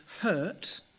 hurt